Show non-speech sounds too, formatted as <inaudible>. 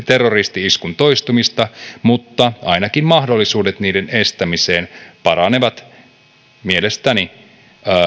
<unintelligible> terroristi iskun toistumista mutta ainakin mahdollisuudet niiden estämiseen paranevat mielestäni